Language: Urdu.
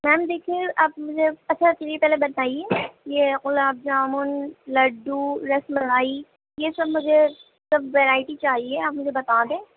میم دیکھیے آپ مجھےاچھا چلیے پہلے یہ بتائیے یہ گلاب جامن لڈو رس ملائی یہ سب مجھے سب ورائٹی چاہیے آپ مجھے بتا دیں